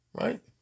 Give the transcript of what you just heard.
right